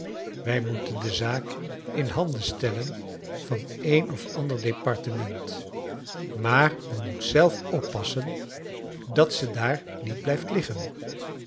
wij moeten de zaak in handen stellen van een of ander departement maar u moet zelf oppassen dat ze daar niet blijft liggen